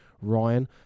Ryan